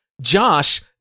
Josh